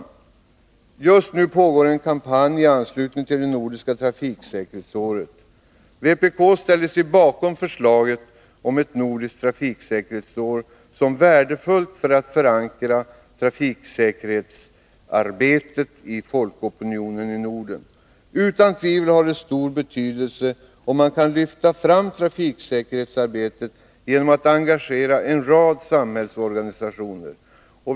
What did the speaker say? Just nu pågår en kampanj i anslutning till det nordiska trafiksäkerhetsåret. Vpk ställer sig bakom förslaget om ett nordiskt trafiksäkerhetsår, som vi anser värdefullt för att förankra trafiksäkerhetsarbetet i folkopinionen i Norden. Utan tvivel har det stor betydelse om man kan lyfta fram trafiksäkerhetsarbetet genom att engagera en rad samhällsorganisationer.